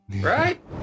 Right